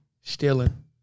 stealing